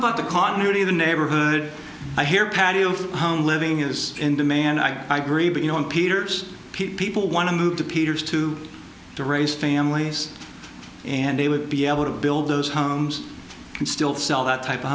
about the continuity of the neighborhood i hear patio home living is in demand i agree but no one peters people want to move to peter's to to raise families and they would be able to build those homes and still sell that type of